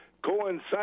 coincide